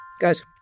Guys